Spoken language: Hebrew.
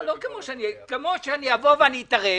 כמו שאני אבוא ואתערב